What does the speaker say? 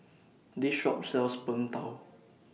This Shop sells Png Tao